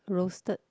roasted